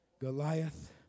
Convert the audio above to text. Goliath